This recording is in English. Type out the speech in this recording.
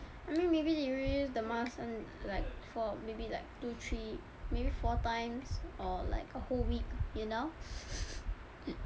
I mean maybe they reuse the mask and like for maybe like two three maybe four times or like a whole week you know